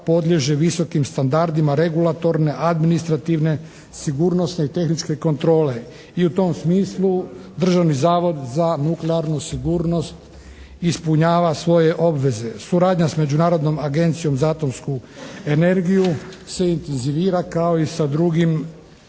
podliježe visokim standardima regulatorne, administrativne, sigurnosne i tehničke kontrole. I u tom smislu Državni zavod za nuklearnu sigurnost ispunjava svoje obveze. Suradnja s Međunarodnom agencijom za atomsku energiju se intenzivira kao i sa drugim